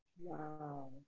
Wow